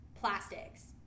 plastics